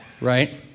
right